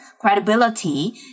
credibility